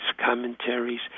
commentaries